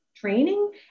Training